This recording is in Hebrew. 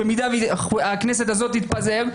אם הכנסת תתפזר,